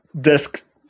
desk